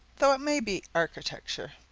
though it may be architecture.